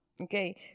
Okay